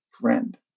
friend